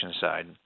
side